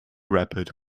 rapid